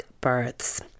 births